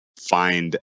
find